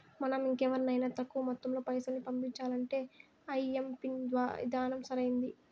మనం ఇంకెవరికైనా తక్కువ మొత్తంలో పైసల్ని పంపించాలంటే ఐఎంపిన్ విధానం సరైంది